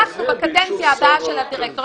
אנחנו בקדנציה הבאה של הדירקטור,